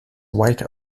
white